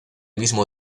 mismo